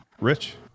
Rich